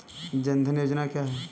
जनधन योजना क्या है?